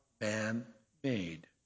man-made